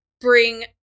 bring